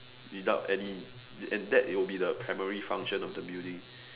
without any and that would be the primary function of the building